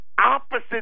opposite